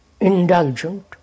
indulgent